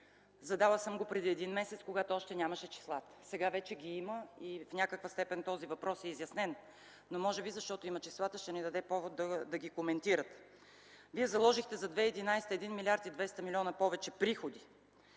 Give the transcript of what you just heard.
задала съм го преди един месец, когато още ги нямаше числата. Сега вече ги има и в някаква степен този въпрос е изяснен. Може би, защото ги има числата, ще ни даде повод да ги коментирате. Вие заложихте за 2011 г. 1 млрд. 200 млн. повече приходи,